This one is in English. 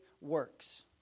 works